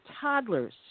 toddlers